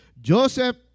Joseph